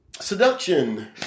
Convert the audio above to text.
Seduction